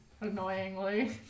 annoyingly